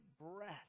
breath